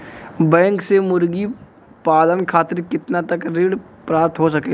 Bank से मुर्गी पालन खातिर कितना तक ऋण प्राप्त हो सकेला?